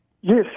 Yes